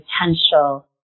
potential